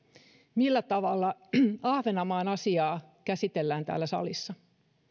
millä tavalla ahvenanmaan asiaa käsitellään täällä salissa